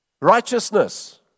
Righteousness